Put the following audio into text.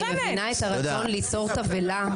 אני מבינה את הרצון ליצור תבהלה.